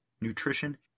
nutrition